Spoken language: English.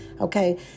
Okay